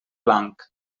blanc